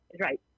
Right